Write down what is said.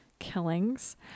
killings